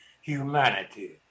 humanity